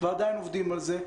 ועדיין עובדים על זה,